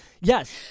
Yes